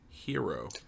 hero